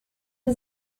sie